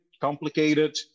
complicated